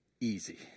easy